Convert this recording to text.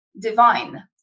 divine